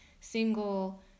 single